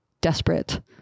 desperate